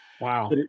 Wow